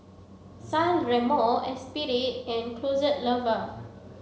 San Remo Esprit and The Closet Lover